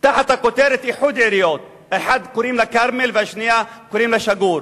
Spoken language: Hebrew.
תחת הכותרת "איחוד עיריות" האחת היא כרמל והשנייה היא שגור.